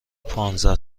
پانزده